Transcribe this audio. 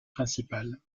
principal